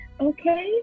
okay